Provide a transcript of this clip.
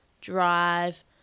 drive